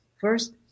First